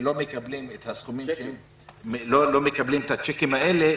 ולא מקבלים את הצ'קים האלה,